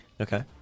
Okay